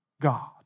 God